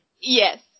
Yes